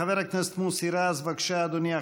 חבר הכנסת מוסי רז, בבקשה, אדוני.